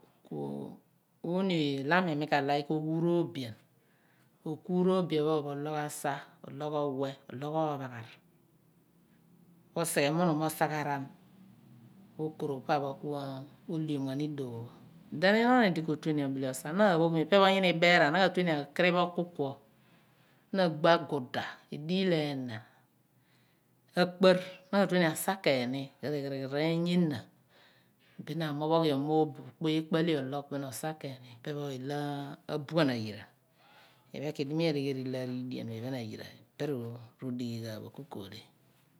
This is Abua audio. ooni oye elo aami mi ka like oghum oobian okuum oobian phon pho ologh asa ologh oweh ologh ophaghar ku osighe munum osagharan ku okorogh pa pho oleom ghan ulowo pho then inion uli ko tue ni obile osa na aphogh mo ipe pho ina i/beeraar na ke tue ni akiriph okukwor na agbo agudq ediil ena akparh na ka tue asa ken ni r eeny ehna bin na amophoghiom mooboph akpuy iinu ikpo ahle aloogh bin ken ni ipe ilo abuab ayira iphen ku idi aleghen ilo ariidien pho iphen ayira pe rodighi ghan bo ku kohle.